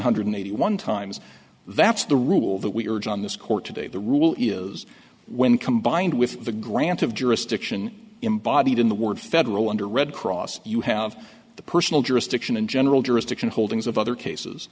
hundred eighty one times that's the rule that we urge on this court today the rule is when combined with the grant of jurisdiction embodied in the word federal under red cross you have personal jurisdiction and general jurisdiction holdings of other cases